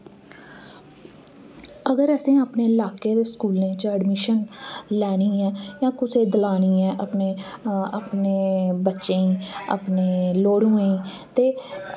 अगर असें अपने लाकें दे स्कूलें च एडमिशन लैनी ऐ जां कुसै ई दलानी ऐ अपने अपने बच्चें गी अपने लौड़ुएं ते